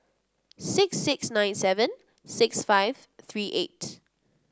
six six nine seven six five three eight